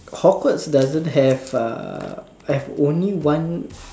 Hogwarts doesn't have uh have only one